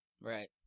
Right